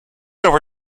over